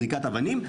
זריקת אבנים.